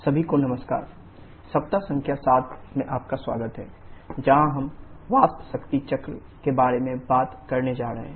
सभी को नमस्कार सप्ताह संख्या 7 में आपका स्वागत है जहां हम वाष्प शक्ति चक्र के बारे में बात करने जा रहे हैं